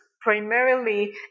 primarily